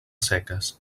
seques